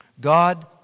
God